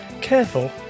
careful